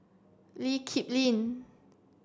Lee Kip Lin